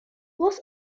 was